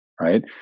right